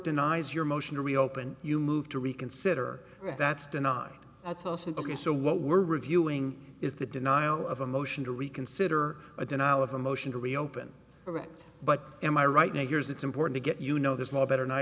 denies your motion to reopen you moved to reconsider that's denied that's also ok so what we're reviewing is the denial of a motion to reconsider a denial of a motion to reopen but am i right now here's it's important to get you know there's no better